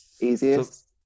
easiest